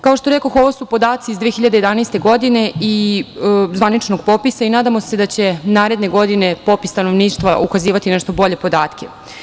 Kao što rekoh, ovo su podaci iz 2011. godine iz zvaničnog popisa i nadam se da će naredne godine popis stanovništva ukazivati na nešto bolje podatke.